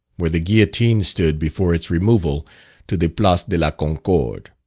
where the guillotine stood before its removal to the place de la concorde.